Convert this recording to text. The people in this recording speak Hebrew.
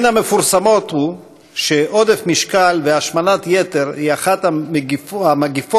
מן המפורסמות הוא שעודף משקל והשמנת יתר הם אחת המגפות